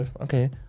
okay